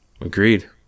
Agreed